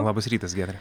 labas rytas giedre